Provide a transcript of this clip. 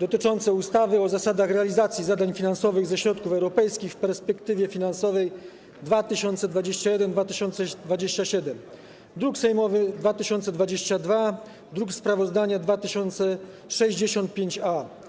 dotyczące ustawy o zasadach realizacji zadań finansowanych ze środków europejskich w perspektywie finansowej 2021-2027, druk nr 2022, sprawozdanie - druk nr 2065-A.